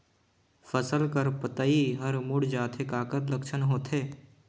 फसल कर पतइ हर मुड़ जाथे काकर लक्षण होथे?